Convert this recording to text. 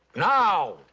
now.